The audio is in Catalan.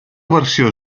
versió